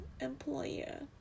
employer